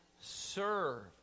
serve